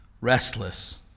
restless